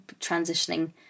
transitioning